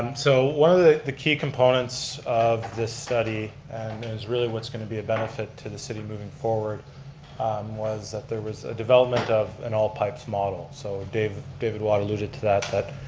so one of the the key components of the study and is really what's going to be a benefit to the city moving forward was that there was a development of an all pipes model. so david david watt alluded to that, that